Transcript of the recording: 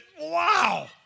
wow